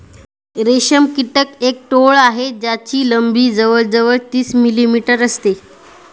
रेशम कीटक एक टोळ आहे ज्याची लंबी जवळ जवळ तीस मिलीमीटर असते